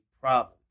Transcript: problem